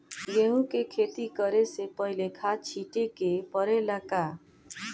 गेहू के खेती करे से पहिले खाद छिटे के परेला का?